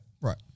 Right